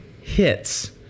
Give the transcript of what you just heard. hits